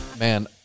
Man